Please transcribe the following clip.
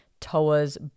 Toa's